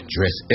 Dress